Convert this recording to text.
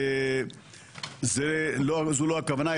זו לא הכוונה,